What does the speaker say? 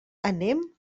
anem